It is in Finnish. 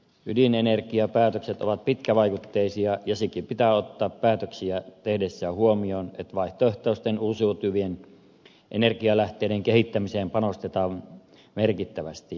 ydinenergiapäätökset ovat pitkävaikutteisia ja sekin pitää ottaa päätöksiä tehdessä huomioon että vaihtoehtoisten uusiutuvien energianlähteiden kehittämiseen panostetaan merkittävästi